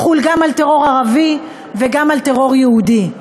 תחול גם על טרור ערבי וגם על טרור יהודי.